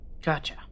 gotcha